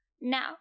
Now